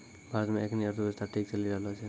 भारत मे एखनी अर्थव्यवस्था ठीक चली रहलो छै